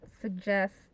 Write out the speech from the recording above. suggest